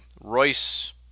Royce